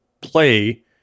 play